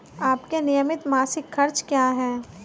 आपके नियमित मासिक खर्च क्या हैं?